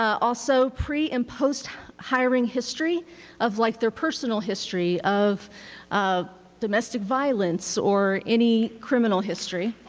also, pre-and post hiring history of like their personal history, of of domestic violence or any criminal history.